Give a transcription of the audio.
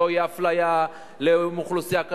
שלא תהיה אפליה של אוכלוסייה כזאת,